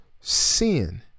sin